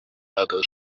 others